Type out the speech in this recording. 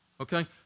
Okay